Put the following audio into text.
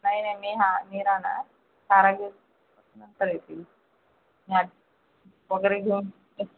नाही नाही मी हां मी राहणार कारागीर नंतर येतील वगैरे घेऊन